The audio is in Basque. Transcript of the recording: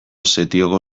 setioko